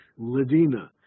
Ladina